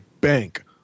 bank